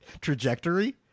trajectory